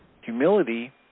humility